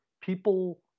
People